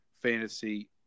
fantasy